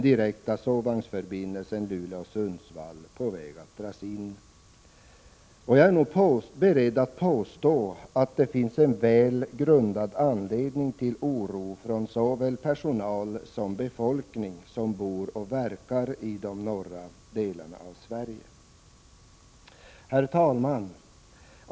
Jag är nog beredd att påstå att det finns en väl grundad anledning till oro från såväl personal som den befolkning som bor och verkar i de norra delarna av Sverige. Herr talman!